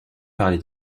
parler